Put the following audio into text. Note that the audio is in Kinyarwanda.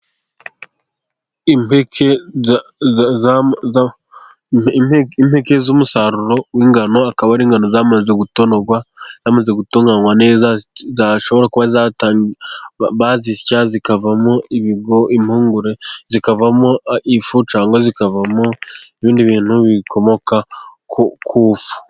Impeke, z'umusaruro w'ingano, akaba ari ingano zamaze gutonorwa, zamaze gutunganywa neza, zashobora kuba bazisya zikavamo impungure, zikavamo ifu cyangwa zikavamo ibindi bintu bikomoka ku ifu.